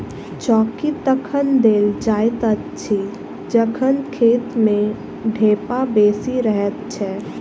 चौकी तखन देल जाइत अछि जखन खेत मे ढेपा बेसी रहैत छै